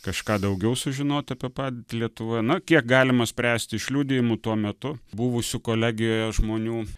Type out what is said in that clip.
kažką daugiau sužinot apie padėtį lietuvoje na kiek galima spręsti iš liudijimų tuo metu buvusių kolegijoje žmonių